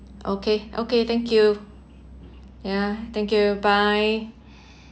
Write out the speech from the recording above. okay okay thank you yeah thank you bye